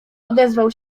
odezwał